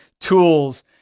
tools